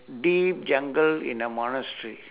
deep jungle in a monastery